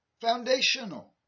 foundational